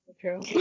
true